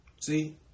See